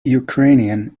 ukrainian